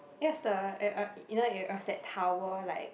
just the you know you there's that tower like